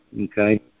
Okay